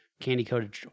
candy-coated